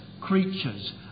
creatures